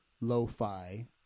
lo-fi